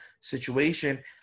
situation